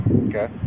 Okay